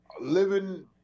living